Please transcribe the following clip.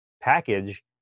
package